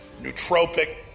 nootropic